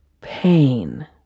pain